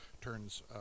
turns